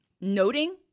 noting